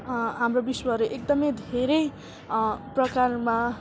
हाम्रो विश्वहरू एकदमै धेरै प्रकारमा